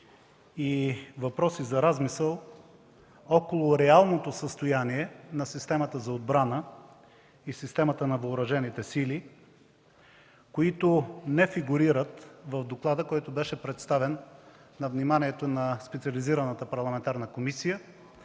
и въпроси за размисъл около реалното състояние на системата за отбрана и системата на Въоръжените сили, които не фигурират в доклада, който беше представен на вниманието на специализираната парламентарна комисия